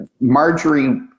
Marjorie